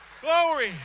Glory